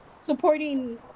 supporting